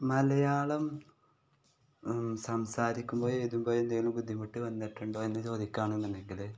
മലയാളം സംസാരിക്കുമ്പോൾ എഴുതുമ്പോൾ എന്തെങ്കിലും ബുദ്ധിമുട്ട് വന്നിട്ടുണ്ടോ എന്ന് ചോദിക്കുകയാണെന്ന് ഉണ്ടെങ്കിൽ